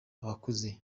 abakuze